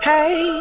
Hey